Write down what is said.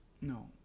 No